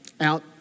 out